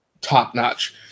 top-notch